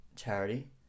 charity